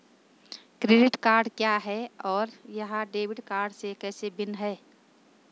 Credit card क्या है और यह डेबिट कार्ड से कैसे भिन्न है?